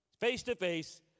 face-to-face